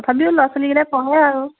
তথাপিও ল'ৰা ছোৱালীকেইটাই পঢ়ে আৰু